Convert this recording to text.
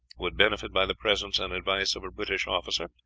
would benefit by the presence and advice of a british officer,